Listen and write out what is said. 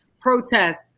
protest